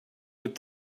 with